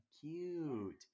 Cute